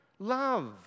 love